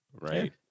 right